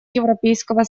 европейского